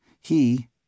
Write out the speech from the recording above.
he